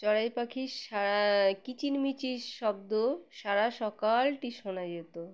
চড়াই পাখির সারা কিচিরমিচির শব্দ সারা সকালটি শোনা যেত